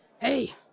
Hey